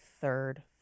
third